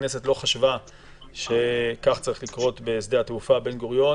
הכנסת לא חשבה שכך צריך לקרות בשדה התעופה בן גוריון.